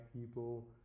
people